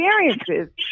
experiences